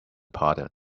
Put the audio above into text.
parted